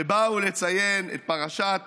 שבאו לציין את פרשת